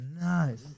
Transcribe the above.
nice